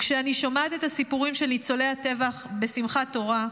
וכשאני שומעת את הסיפורים של ניצולי הטבח בשמחת תורה,